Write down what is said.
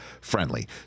friendly